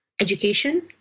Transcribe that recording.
education